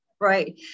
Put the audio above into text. Right